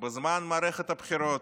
בזמן מערכת הבחירות.